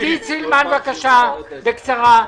עידית סילמן, בבקשה, בקצרה.